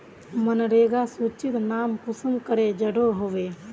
मनरेगा सूचित नाम कुंसम करे चढ़ो होबे?